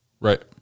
Right